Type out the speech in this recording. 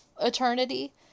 eternity